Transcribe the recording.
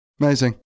Amazing